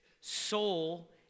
soul